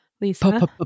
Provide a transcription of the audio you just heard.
Lisa